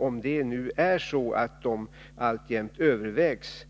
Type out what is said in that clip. Om en sådan alltjämt övervägs